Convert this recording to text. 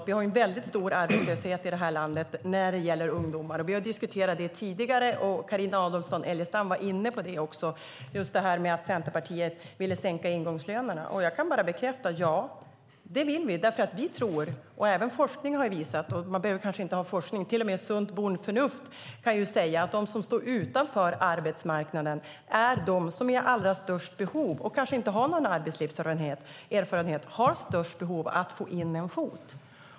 Vi har en väldigt hög arbetslöshet i det här landet när det gäller ungdomar. Vi har tidigare diskuterat, och Carina Adolfsson Elgestam var också inne på det, att Centerpartiet vill sänka ingångslönerna. Och jag kan bara bekräfta att ja, det vill vi. Vi tror, och även forskningen har visat - och det säger till och med svenskt bondförnuft - att de som står utanför arbetsmarknaden och kanske inte har någon arbetslivserfarenhet är de som har allra störst behov av att få in en fot.